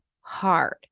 hard